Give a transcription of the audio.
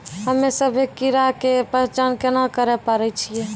हम्मे सभ्भे कीड़ा के पहचान केना करे पाड़ै छियै?